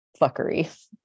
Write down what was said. fuckery